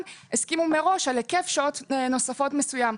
הסכימו מראש על היקף שעות נוספות מסוים.